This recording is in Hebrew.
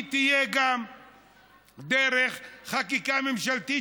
היא תהיה דרך חקיקה ממשלתית,